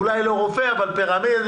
אולי לא רופא אבל פרמדיק.